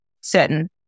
certain